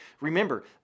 Remember